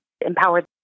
empower